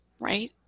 right